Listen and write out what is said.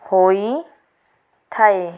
ହୋଇଥାଏ